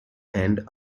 and